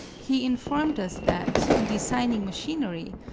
he informed us that, in designing machinery,